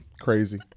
Crazy